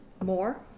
More